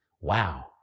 Wow